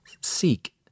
Seek